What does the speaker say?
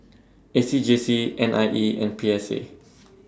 A C J C N I E and P S A